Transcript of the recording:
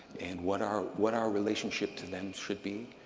and what our what our relationship to them should be.